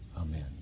Amen